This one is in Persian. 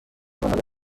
محل